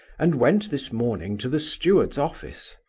and went this morning to the steward's office.